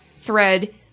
thread